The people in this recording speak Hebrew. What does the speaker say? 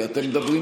כי אתם מדברים,